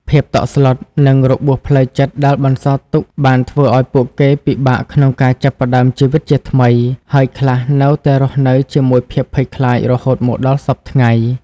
ភាពតក់ស្លុត និងរបួសផ្លូវចិត្តដែលបន្សល់ទុកបានធ្វើឲ្យពួកគេពិបាកក្នុងការចាប់ផ្តើមជីវិតជាថ្មី ហើយខ្លះនៅតែរស់នៅជាមួយភាពភ័យខ្លាចរហូតមកដល់សព្វថ្ងៃ។